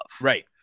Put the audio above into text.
right